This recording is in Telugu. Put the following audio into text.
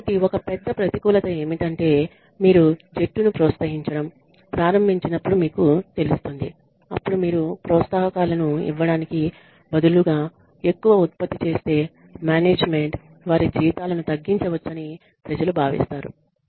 కాబట్టి ఒక పెద్ద ప్రతికూలత ఏమిటంటే మీరు జట్టును ప్రోత్సహించడం ప్రారంభించినప్పుడు మీకు తెలుస్తుంది అప్పుడు మీరు ప్రోత్సాహకాలను ఇవ్వడానికి బదులుగా ఎక్కువ ఉత్పత్తి చేస్తే మేనేజ్మెంట్ వారి జీతాలను తగ్గించవచ్చని ప్రజలు భావిస్తారు